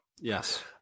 Yes